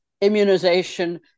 immunization